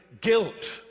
guilt